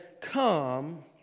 come